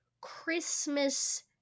christmas